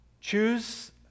Choose